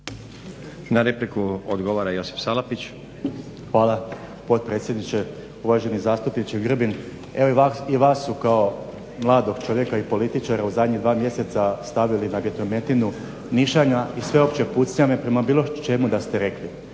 Salapić. **Salapić, Josip (HDSSB)** Hvala potpredsjedniče. Uvaženi zastupniče Grbin, evo i vas su kao mladog čovjeka i političara u zadnja dva mjeseca stavili na vjetrometinu nišana i sveopće pucnjave prema bilo čemu da ste rekli.